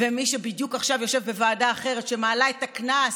ומי שבדיוק עכשיו יושב בוועדה אחרת שמעלה את הקנס